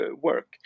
work